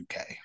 UK